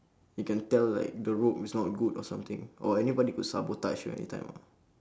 you can tell like the rope is not good or something or anybody could sabotage you anytime ah